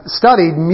studied